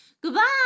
Goodbye